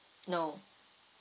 no